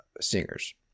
singers